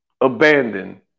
abandoned